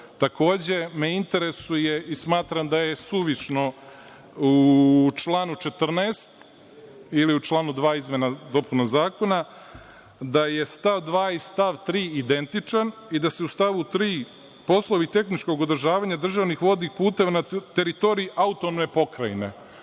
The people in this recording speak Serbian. rešava. Takođe me interesuje i smatram da je suvišno u članu 14. ili u članu 2. izmena i dopuna zakona, da je stav 2. i stav 3. identičan i da se u stavu 3. poslovi tehničkog održavanja državnih vodnih puteva na teritoriji autonomne pokrajine.